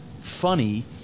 funny